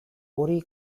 hori